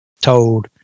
told